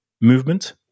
movement